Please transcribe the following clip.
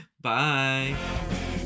Bye